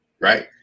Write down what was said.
Right